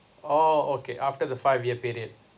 oh okay after the five year period